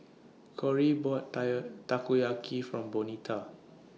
Kory bought Takoyaki For Bonita